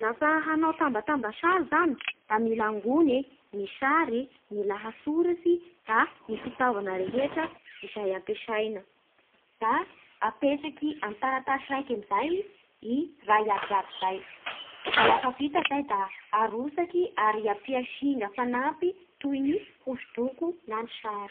Lafa hanao tambatamba sary zany da mila angony ny sary e, ny lahasoratsy da ny fitaovana rehetra izay ampiasaina. Da ampetraky amin'ny taratasy raiky amin'izay i raha iabiaby zay. Da lafa vita zay da arotsaky ary ampia singa fanampy toy ny hosodoko na ny sary.